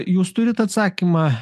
jūs turit atsakymą